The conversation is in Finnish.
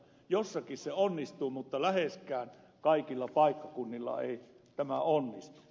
jossakin se onnistuu mutta läheskään kaikilla paikkakunnilla ei tämä onnistu